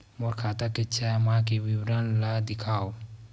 मोर खाता के छः माह के विवरण ल दिखाव?